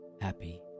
happy